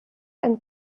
and